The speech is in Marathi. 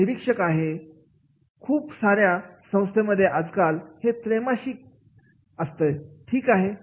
तो निरीक्षक आहे खूप सार्या संस्थांमध्ये आज काल हे त्रैमासिक ठीक आहे